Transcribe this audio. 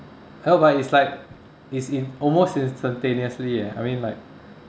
ya but it's like it's in~ almost instantaneously eh I mean like